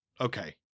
Okay